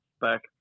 back